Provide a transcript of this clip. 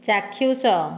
ଚାକ୍ଷୁଷ